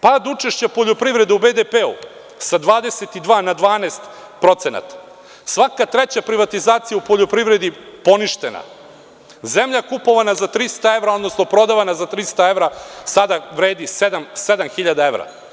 Pad učešća poljoprivrede u BDP sa 22 na 12%, svaka treća privatizacija u poljoprivredi je poništena, zemlja kupovana za 300 evra, odnosno prodavana za 300 evra sada vredi 7.000 evra.